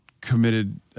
committed